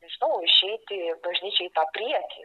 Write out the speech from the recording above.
nežinau išeiti į bažnyčią į tą priekį